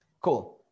cool